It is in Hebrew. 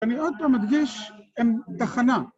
אני עוד לא מדגיש הם תחנה.